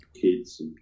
kids